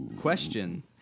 Question